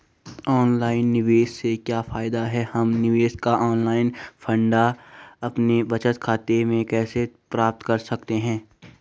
Online निवेश से क्या फायदा है हम निवेश का ऑनलाइन फंड अपने बचत खाते में कैसे प्राप्त कर सकते हैं?